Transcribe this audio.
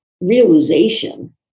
realization